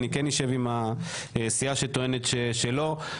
אני אשב עם הסיעה שטוענת שלא ישבנו איתה.